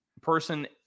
person